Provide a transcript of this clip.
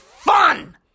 fun